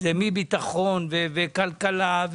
מביטחון דרך כלכלה,